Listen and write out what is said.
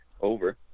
over